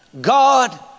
God